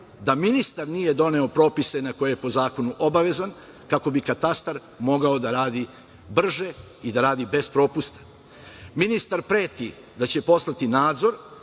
da ministar nije doneo propise na koje mu po zakonu obavezan, kako bi katastar mogao da radi brže i da radi bez propusta. Ministar preti da će poslati nadzor